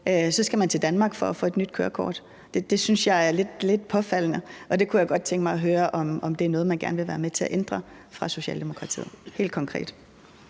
kørekort, til Danmark for at få et nyt kørekort. Det synes jeg er lidt påfaldende, og jeg kunne godt tænke mig at høre helt konkret, om det er noget, man gerne vil være med til at ændre fra Socialdemokratiets side.